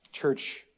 Church